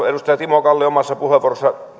edustaja timo kalli omassa puheenvuorossaan